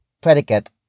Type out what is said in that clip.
Predicate